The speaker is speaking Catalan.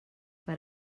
per